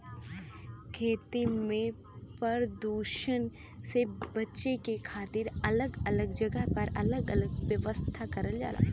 खेती के परदुसन से बचे के खातिर अलग अलग जगह पर अलग अलग व्यवस्था करल जाला